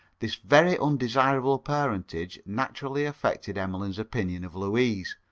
this very undesirable parentage naturally affected emmeline's opinion of louise,